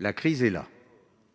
la crise est là